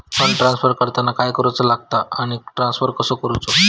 Fund transfer करताना काय करुचा लगता आनी ट्रान्स्फर कसो करूचो?